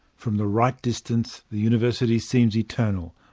from the right distance the university seems eternal,